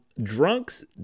Drunks